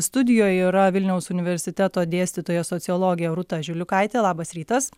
studijoj yra vilniaus universiteto dėstytoja sociologė rūta žiliukaitė labas rytas